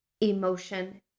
emotion